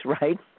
right